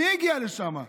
מי הגיע לשם?